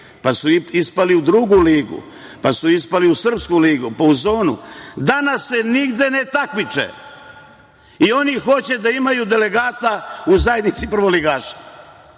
pa su ispali u drugu ligu, pa su ispali u srpsku ligu, pa u zonu, danas se nigde ne takmiče. I oni hoće da imaju delegata u zajednici prvoligaša!